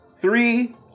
Three